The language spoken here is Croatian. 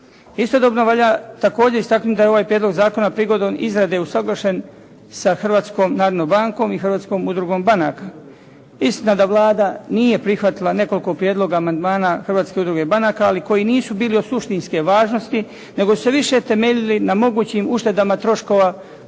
Istodobno valja također istaknuti da je ovaj prijedlog zakona prigodom izrade usuglašen sa Hrvatskom narodnom bankom i Hrvatskom udrugom banaka. Istina da Vlada nije prihvatila nekoliko prijedloga amandmana Hrvatske udruge banaka, ali koji nisu bili od suštinske važnosti nego su se više temeljili na mogućim uštedama troškova